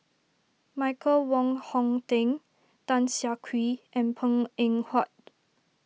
Michael Wong Hong Teng Tan Siah Kwee and Png Eng Huat